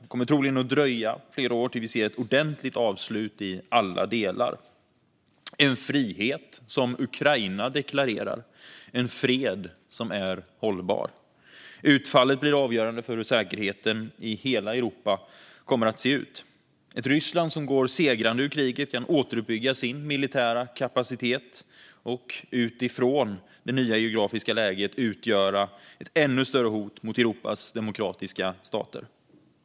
Det kommer troligen att dröja flera år tills vi ser ett ordentligt avslut i alla delar. Det ska vara en frihet som Ukraina deklarerar och en fred som är hållbar. Utfallet blir avgörande för hur säkerheten i hela Europa kommer att se ut. Ett Ryssland som går segrande ur kriget kan återuppbygga sin militära kapacitet och, utifrån det nya geografiska läget, utgöra ett ännu större hot mot Europas demokratiska stater.